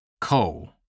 Coal